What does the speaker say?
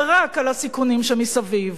ורק על הסיכונים שמסביב,